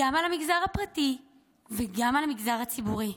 גם על המגזר הפרטי וגם על המגזר הציבורי.